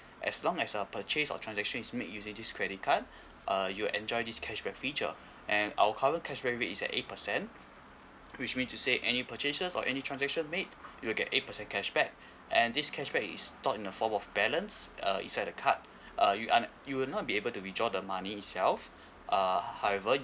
as long as a purchase or transaction is made using this credit card uh you will enjoy this cashback feature and our current cashback rate is at eight percent which mean to say any purchases or any transaction made you will get eight percent cashback and this cashback is taught in a form of balance uh inside the card uh you are not you will not be able to withdraw the money itself uh however you